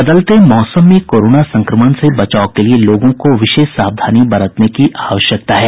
बदलते मौसम में कोरोना संक्रमण से बचाव के लिये लोगों को विशेष सावधानी बरतने की आवश्यकता है